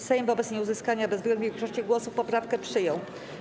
Sejm wobec nieuzyskania bezwzględnej większości głosów poprawkę przyjął.